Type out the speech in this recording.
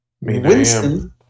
Winston